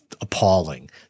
appalling